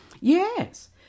Yes